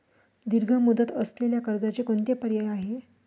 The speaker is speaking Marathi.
दीर्घ मुदत असलेल्या कर्जाचे कोणते पर्याय आहे?